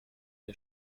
der